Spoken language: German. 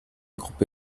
gruppe